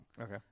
okay